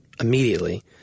immediately